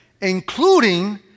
including